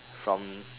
from